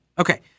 Okay